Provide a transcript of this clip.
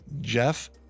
jeff